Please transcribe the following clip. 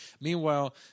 Meanwhile